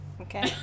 Okay